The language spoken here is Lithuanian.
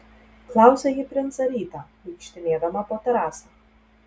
klausė ji princą rytą vaikštinėdama po terasą